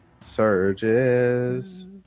surges